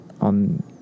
on